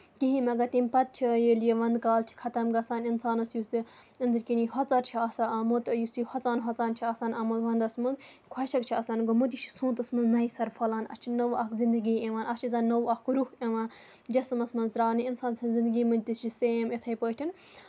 کِہیٖنۍ مَگر تَمہِ پَتہٕ چھِ ییٚلہِ یِمن کال چھِ ختم گژھان اِنسانَس یُس تہِ أنٛدِرۍ کِنی ہۄژَر چھِ آسان آمُت یُس یہِ ہۄژان ہۄژان چھِ آسان آمُت وَندَس منٛز خۄشِک چھِ آسان گوٚومُت یہِ چھُ سونتس منٛز نیہِ سَرٕ پھۄلان اَتھ چھِ نٔو اکھ زِندگی یِوان اَتھ چھِ زَن نوٚو اکھ رُخ یِوان جِسمَس منٛز تراوانہٕ اِنسان سٕندۍ زِندگی منٛز تہِ چھِ سیم یِتھٕے پٲٹھۍ